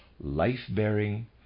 life-bearing